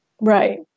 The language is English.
Right